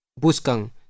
buskang